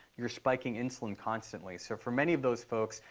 you're spiking insulin constantly. so for many of those folks,